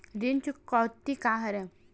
ऋण चुकौती का हरय?